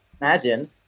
imagine